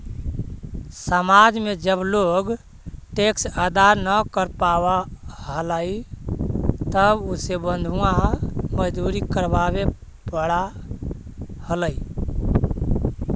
समाज में जब लोग टैक्स अदा न कर पावा हलाई तब उसे बंधुआ मजदूरी करवावे पड़ा हलाई